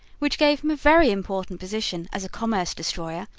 which gave him a very important position as a commerce destroyer,